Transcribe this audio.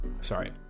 sorry